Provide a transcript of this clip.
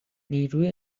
نیروی